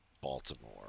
Baltimore